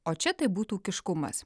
o čia tai būtų ūkiškumas